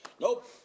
nope